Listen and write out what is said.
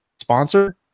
sponsor